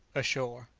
ashore.